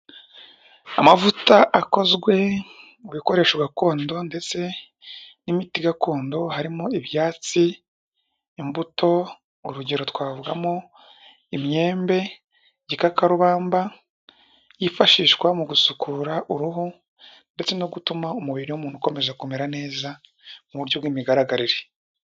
Amavuta akozwe mu bikoresho gakondo ndetse n'imiti gakondo harimo ibyatsi imbuto, urugero twavugamo imyembe, igikakarubamba yifashishwa mu gusukura uruhu ndetse no gutuma umubiri w'umuntu ukomeza kumera neza mu buryo bw'imigaragarire.